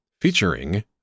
featuring